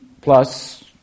plus